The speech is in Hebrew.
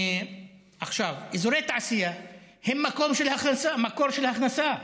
אזורי תעשייה הם מקור של הכנסה,